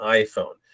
iPhone